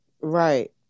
Right